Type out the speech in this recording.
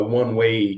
one-way